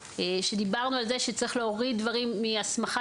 דיברנו על כך שצריך להוריד דברים מהסמכה